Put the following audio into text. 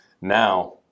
Now